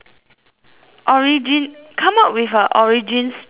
origin come up with a origin story